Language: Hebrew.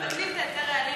אם מבטלים את היתר הרעלים,